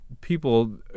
people